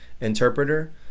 interpreter